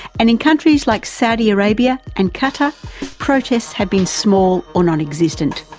and in countries like saudi arabia and qatar protests have been small or non-existent.